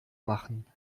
machen